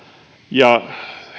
ja